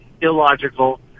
illogical